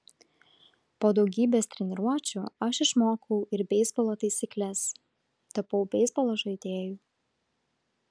po daugybės treniruočių aš išmokau ir beisbolo taisykles tapau beisbolo žaidėju